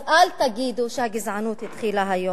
אז אל תגידו שהגזענות התחילה היום.